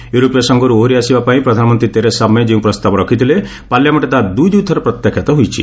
ୟୁରୋପୀୟ ସଂଘରୁ ଓହରିଆସିବା ପାଇଁ ପ୍ରଧାନମନ୍ତ୍ରୀ ତେରେସା ମେ ଯେଉଁ ପ୍ରସ୍ତାବ ରଖିଥିଲେ ପାର୍ଲାମେଷ୍ଟରେ ତାହା ଦୁଇଦୁଇଥର ପ୍ରତ୍ୟାଖ୍ୟାତ ହୋଇଛି